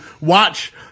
watch